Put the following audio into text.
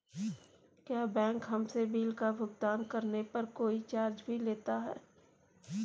क्या बैंक हमसे बिल का भुगतान करने पर कोई चार्ज भी लेता है?